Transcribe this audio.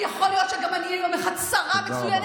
ויכול להיות שגם אני אהיה יום אחד שרה מצוינת,